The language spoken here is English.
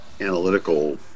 analytical